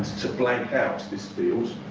to blank out this field